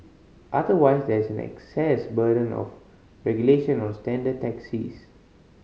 otherwise there is an access burden of regulation on standard taxis